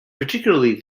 particularly